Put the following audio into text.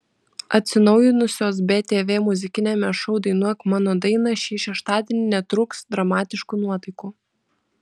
atsinaujinusios btv muzikiniame šou dainuok mano dainą šį šeštadienį netrūks dramatiškų nuotaikų